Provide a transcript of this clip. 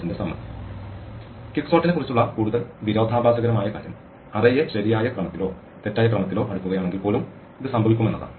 ക്വിക്സോർട്ടിനെക്കുറിച്ചുള്ള കൂടുതൽ വിരോധാഭാസകരമായ കാര്യം അറേയെ ശരിയായ ക്രമത്തിലോ തെറ്റായ ക്രമത്തിലോ അടുക്കുകയാണെങ്കിൽ പോലും ഇത് സംഭവിക്കും എന്നതാണ്